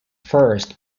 first